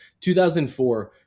2004